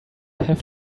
have